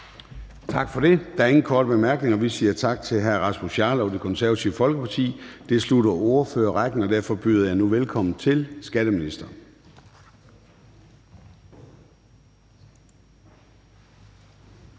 Tak for det. Der er ingen korte bemærkninger. Vi siger tak til hr. Rasmus Jarlov, Det Konservative Folkeparti. Det slutter ordførerrækken, og derfor byder jeg nu velkommen til skatteministeren.